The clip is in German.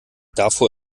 davor